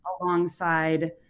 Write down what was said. alongside